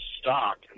stock